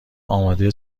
آماده